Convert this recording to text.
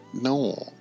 No